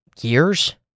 years